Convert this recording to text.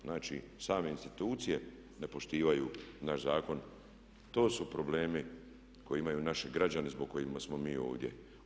Znači same institucije ne poštuju naš zakon, to su problemi koje imaju i naši građani zbog kojih smo mi ovdje.